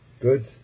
Good